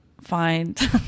find